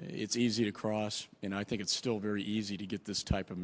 it's easy to cross and i think it's still very easy to get this type of